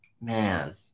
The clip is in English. man